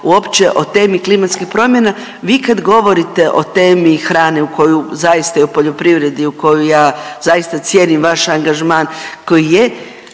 uopće o temi klimatskih promjena. Vi kad govorite o temi hrane koju zaista i u poljoprivredi, u koju ja zaista cijenim vaš angažman koji je,